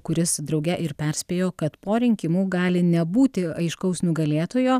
kuris drauge ir perspėjo kad po rinkimų gali nebūti aiškaus nugalėtojo